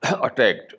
attacked